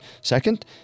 Second